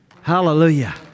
Hallelujah